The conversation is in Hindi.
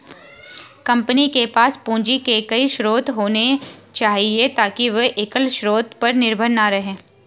कंपनी के पास पूंजी के कई स्रोत होने चाहिए ताकि वे एकल स्रोत पर निर्भर न रहें